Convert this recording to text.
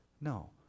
No